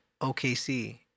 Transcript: OKC